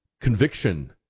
conviction